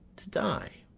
to die